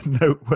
No